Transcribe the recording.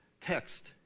text